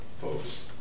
folks